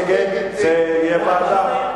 מי שנגד, נגד, זה יהיה ועדה.